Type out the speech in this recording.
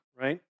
right